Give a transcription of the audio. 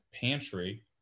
pantry